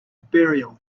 burial